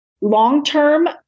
Long-term